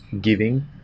giving